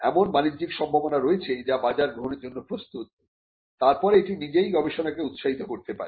এমন বাণিজ্যিক সম্ভাবনা রয়েছে যা বাজার গ্রহণের জন্য প্রস্তুততারপরে এটি নিজেই গবেষণাকে উৎসাহিত করতে পারে